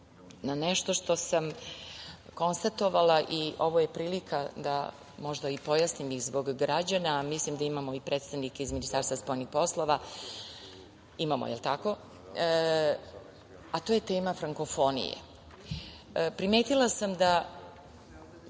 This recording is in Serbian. na nešto što sam konstatovala i ovo je prilika da možda i pojasnim i zbog građana, a mislim da imamo i predstavnike iz Ministarstva spoljnih poslova, a to je tema frankofonije. Primetila sam da